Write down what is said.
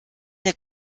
der